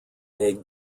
made